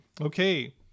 Okay